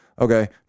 okay